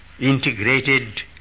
integrated